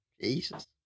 Jesus